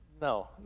No